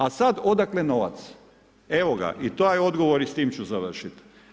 A sad odakle novac, evo ga i taj odgovor i s tim ću završit.